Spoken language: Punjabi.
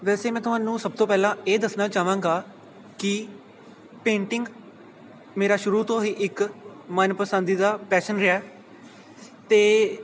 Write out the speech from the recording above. ਵੈਸੇ ਮੈਂ ਤੁਹਾਨੂੰ ਸਭ ਤੋਂ ਪਹਿਲਾਂ ਇਹ ਦੱਸਣਾ ਚਾਹਵਾਂਗਾ ਕਿ ਪੇਂਟਿੰਗ ਮੇਰਾ ਸ਼ੁਰੂ ਤੋਂ ਹੀ ਇੱਕ ਮਨ ਪਸੰਦੀਦਾ ਪੈਸ਼ਨ ਰਿਹਾ ਅਤੇ